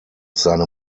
seine